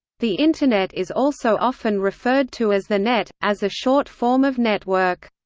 the internet is also often referred to as the net, as a short form of network.